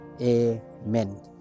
amen